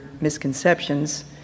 misconceptions